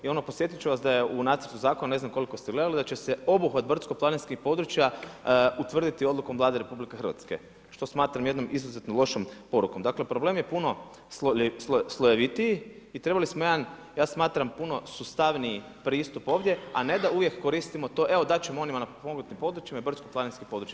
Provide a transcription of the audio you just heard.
I ono podsjetit ću vas da je u nacrtu zakona, ne znam koliko ste gledali, da će se obuhvat brdsko-planinskih područja utvrditi odlukom Vlade RH što smatram jednom izuzetno lošom porukom, dakle problem je vrlo slojevitiji i trebali smo jedan, ja smatram, puno sustavniji pristup ovdje, a ne da uvijek koristimo to evo dat ćemo onima na potpomognutim područjima i brdsko-planinskim područjima.